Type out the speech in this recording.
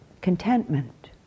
Contentment